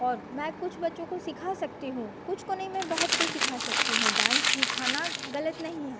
और मैं कुछ बच्चों को सिखा सकती हूँ कुछ को नहीं मैं बहुत को सिखा सकती हूँ डान्स सिखाना गलत नहीं है